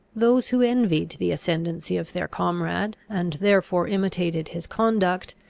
those who envied the ascendancy of their comrade, and therefore imitated his conduct,